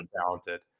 talented